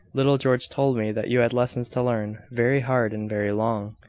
little george told me that you had lessons to learn, very hard and very long,